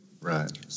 Right